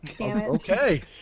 Okay